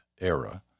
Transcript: era